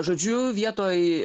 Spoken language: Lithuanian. žodžiu vietoj